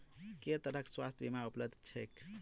केँ तरहक स्वास्थ्य बीमा उपलब्ध छैक?